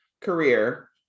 Career